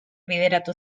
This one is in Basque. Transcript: bideratu